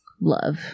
love